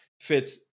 fits